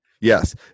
yes